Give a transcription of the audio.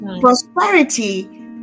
prosperity